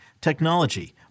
technology